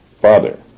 Father